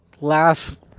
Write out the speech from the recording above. Last